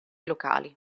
locali